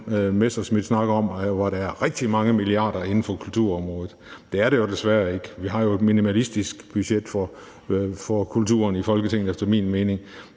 Messerschmidt snakker om, hvor der er rigtig mange milliarder kroner inden for kulturområdet. Det er der jo desværre ikke. Vi har jo i Folketinget et minimalistisk budget for kulturen efter min mening.